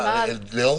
ועדת החוקה ביקשה